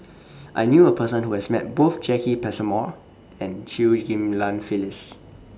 I knew A Person Who has Met Both Jacki Passmore and Chew Ghim Lian Phyllis